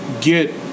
get